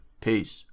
Peace